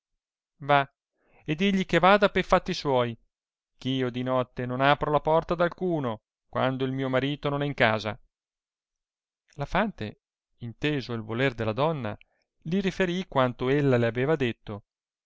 va e digli che vada pe fatti le piacevoli notti libro secondo s suoi che io di notte non apro la porta ad alcuno quando il mio marito non è in casa la fante inteso il voler della donna li riferì quanto ella le aveva detto